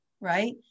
right